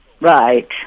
Right